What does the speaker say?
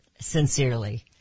sincerely